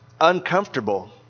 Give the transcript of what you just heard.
uncomfortable